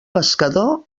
pescador